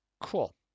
cool